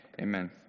Amen